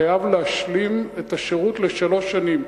חייב להשלים את השירות לשלום שנים,